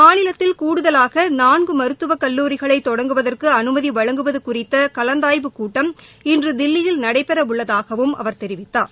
மாநிலத்தில் கூடுதலாக நான்கு மருத்துவக் கல்லூரிகளை தொடங்குவதற்கு அனுமதி வழங்குவது குறித்த கலந்தாய்வுக் கூட்டம் இன்று தில்லியில் நடைபெறவுள்ளதாகவும் அவர் தெரிவித்தார்